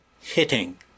hitting